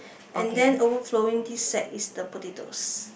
and then overflowing this sack is the potatoes